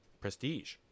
prestige